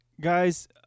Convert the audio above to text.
Guys